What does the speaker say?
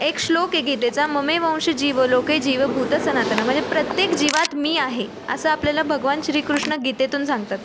एक श्लोक आहे गीतेचा ममेवशी जीव लोके जीव भूत सनातनं म्हणजे प्रत्येक जीवात मी आहे असं आपल्याला भगवान श्रीकृष्ण गीतेतून सांगतात